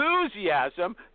enthusiasm